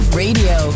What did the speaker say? radio